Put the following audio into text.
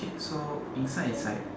so inside is like